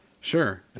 sure